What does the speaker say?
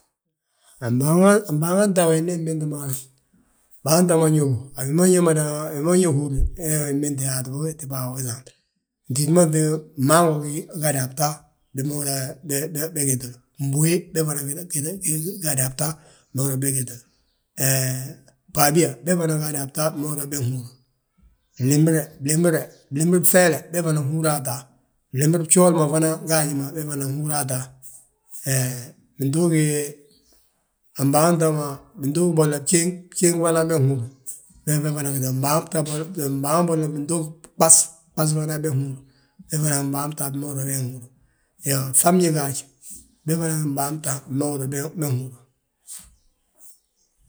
Mbaaŋa ta we ndu unbinti mo mbaaŋa ta ma ñóbu, wi ma ñe húrini wee wi ñe binti yaati bo saant. Ntíti ma, mmangu gadu a bta bima be gitilu, mbúwe be fana gitilu bima húri yaa be gitlu. Bbaabiya, be fana gada a ta bima húri yaa be nhúr. Blimbire, blimbiri bŧeele be fana nhúri a ta, blimbiri bjooli ma fana gaaji ma, be fana nhúri a ta. Hee, bintuugi a mbaaŋa ta ma bintuugi bolla jéeŋ, bjéeŋ fana be nhúru, mbaaŋa bolo bintuugi ɓas, ɓas fana be nhúru be fana mbaaŋa ta bima húri yaa be nhúru. Bŧabñe gaaj, be fana gí mbaaŋa bta bima húri yaa be nhúru.